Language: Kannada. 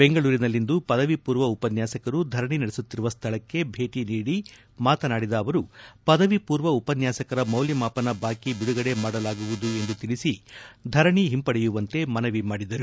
ಬೆಂಗಳೂರಿನಲ್ಲಿಂದು ಪದವಿ ಪೂರ್ವ ಉಪನ್ಯಾಸಕರು ಧರಣಿ ನಡೆಸುತ್ತಿರುವ ಸ್ಥಳಕ್ಕೆ ಭೇಟಿ ನೀಡಿ ಮಾತನಾಡಿದ ಅವರು ಪದವಿ ಪೂರ್ವ ಉಪನ್ಯಾಸಕರ ಮೌಲ್ಯಮಾಪನ ಬಾಕಿ ಬಿಡುಗಡೆ ಮಾಡಲಾಗುವುದು ಎಂದು ತಿಳಿಸಿ ಧರಣಿ ಹಿಂಪಡೆಯುವಂತೆ ಮನವಿ ಮಾಡಿದರು